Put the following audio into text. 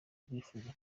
bwifuza